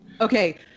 Okay